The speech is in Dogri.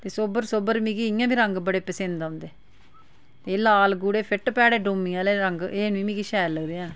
ते सोबर सोबर मिगी इ'यां बी रंग बड़े पसिंद होंदे ते लाल गूड़े फिट्ट भैड़े डूमें आह्ले रंग एह् नी मिगी शैल लगदे हैन